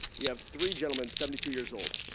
you have three gentlemen, seventy two years old.